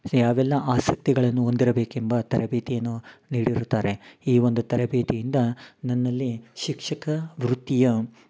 C ಯಾವೆಲ್ಲ ಆಸಕ್ತಿಗಳನು ಹೊಂದಿರಬೇಕೆಂಬ ತರಬೇತಿಯನ್ನು ನೀಡಿರುತ್ತಾರೆ ಈ ಒಂದು ತರಬೇತಿಯಿಂದ ನನ್ನಲ್ಲಿ ಶಿಕ್ಷಕ ವೃತ್ತಿಯ